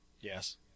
Yes